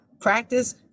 Practice